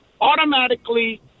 Automatically